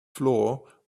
floor